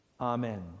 Amen